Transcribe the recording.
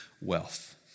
wealth